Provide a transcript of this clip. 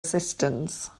assistance